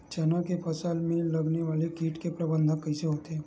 चना के फसल में लगने वाला कीट के प्रबंधन कइसे होथे?